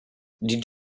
did